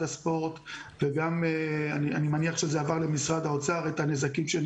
הספורט ואני מניח שזה עבר למשרד האוצר.